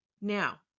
Now